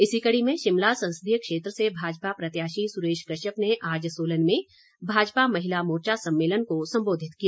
इसी कड़ी में शिमला संसदीय क्षेत्र से भाजपा प्रत्याशी सुरेश कश्यप ने आज सोलन में भाजपा महिला मोर्चा सम्मेलन को संबोधित किया